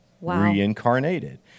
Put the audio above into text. reincarnated